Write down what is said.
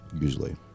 usually